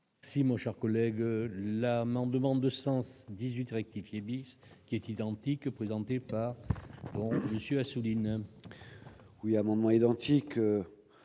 Si mon cher collègue, la demande de sens 18 rectifier milice. Qui est identique présenté par monsieur Assouline. Oui amendements identiques